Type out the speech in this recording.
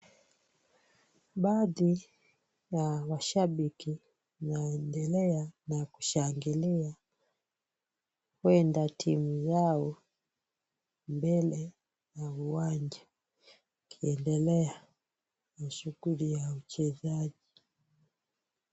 Baadhi ya mashabiki inaendeshea na kushangilia, huenda timu yao mbele ya uwanja wakiendelea na shughuli ya uchezaji.